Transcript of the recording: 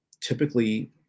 typically